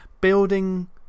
building